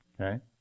okay